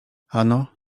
ano